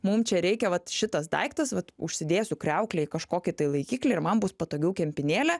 mum čia reikia vat šitas daiktas vat užsidėsiu kriauklėj kažkokį tai laikiklį ir man bus patogiau kempinėlę